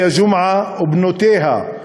בבקשה, תמשיך.